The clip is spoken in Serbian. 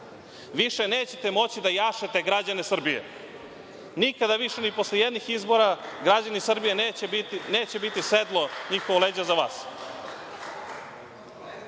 Više nećete moći da jašete građane Srbije. Nikada više ni posle jednih izbora građani Srbije neće biti sedlo njihova leđa za vas. To